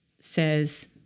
says